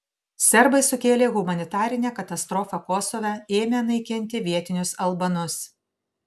serbai sukėlė humanitarinę katastrofą kosove ėmę naikinti vietinius albanus